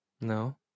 No